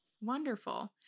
Wonderful